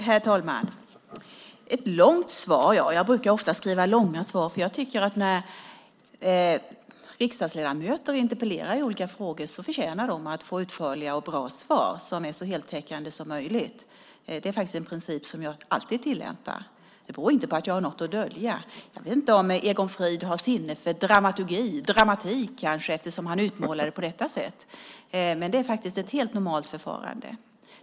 Herr talman! Ett långt svar - ja, jag brukar ofta skriva långa svar. Jag tycker att när riksdagsledamöter interpellerar i olika frågor förtjänar de att få utförliga och bra svar som är så heltäckande som möjligt. Det är faktiskt en princip som jag alltid tillämpar. Det beror inte på att jag har något att dölja. Jag vet inte, men Egon Frid kanske har sinne för dramatik eftersom han utmålat det på detta sätt. Det är ett helt normalt förfarande.